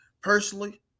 personally